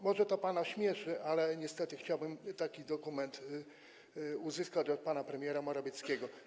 Może to pana śmieszy, ale niestety chciałbym taki dokument uzyskać od pana premiera Morawieckiego.